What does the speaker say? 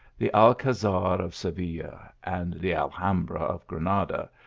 the alcazar of seville and the alhambra of granada,